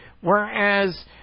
whereas